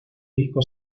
disco